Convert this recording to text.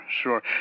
sure